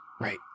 right